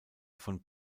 von